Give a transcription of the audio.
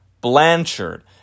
Blanchard